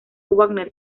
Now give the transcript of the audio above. wagner